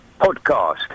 Podcast